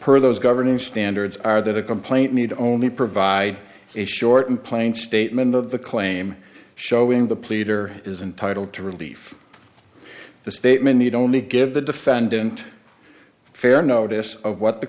per those governing standards are that a complaint need only provide it short and plain statement of the claim showing the pleader is entitle to relief the statement need only give the defendant fair notice of what the